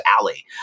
Alley